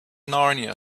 narnia